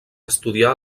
estudiar